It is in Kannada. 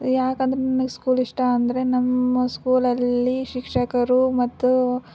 ಯಾಕಂದರೆ ನನಗೆ ಸ್ಕೂಲ್ ಇಷ್ಟ ಅಂದರೆ ನಮ್ಮ ಸ್ಕೂಲಲ್ಲಿ ಶಿಕ್ಷಕರು ಮತ್ತು